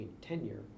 tenure